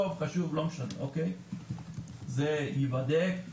זה ייבדק?